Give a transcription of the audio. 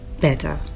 better